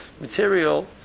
material